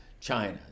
China